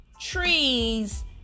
trees